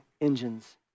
engines